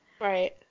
Right